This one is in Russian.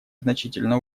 значительно